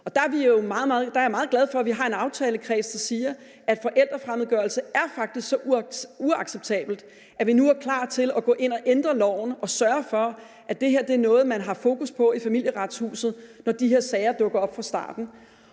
Der er jeg meget glad for, at vi har en aftalekreds, der siger, at forældrefremmedgørelse faktisk er så uacceptabelt, at vi nu er klar til at gå ind og ændre loven og sørge for, at det her er noget, man har fokus på i Familieretshuset, når de her sager dukker op fra starten.